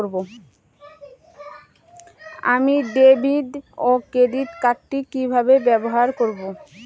আমি ডেভিড ও ক্রেডিট কার্ড কি কিভাবে ব্যবহার করব?